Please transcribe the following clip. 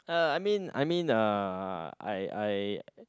uh I mean I mean uh I I